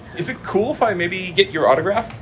is it cool if i maybe you get your autograph?